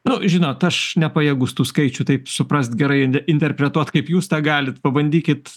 nu žinot aš nepajėgus tų skaičių taip suprast gerai interpretuot kaip jūs tą galit pabandykit